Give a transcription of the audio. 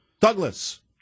Douglas